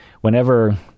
Whenever